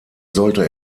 sollte